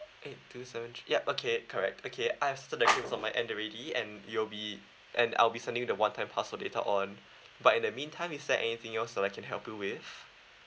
eight two seven three ya okay correct okay I've selected this on my end already and you'll be and I'll be sending you the one time password later on but in the meantime is there anything else that I can help you with